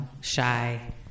shy